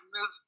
move